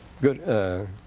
good